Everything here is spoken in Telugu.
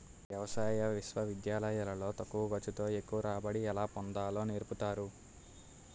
వ్యవసాయ విశ్వవిద్యాలయాలు లో తక్కువ ఖర్చు తో ఎక్కువ రాబడి ఎలా పొందాలో నేర్పుతారు